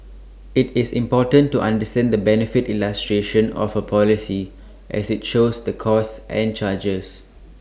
IT is important to understand the benefit illustration of A policy as IT shows the costs and charges